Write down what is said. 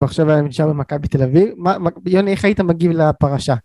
ועכשיו אני נשאר במכבי תל אביב. מה, מה, יוני איך היית מגיב לפרשה?